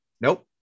Nope